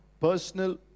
personal